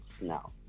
now